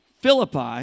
Philippi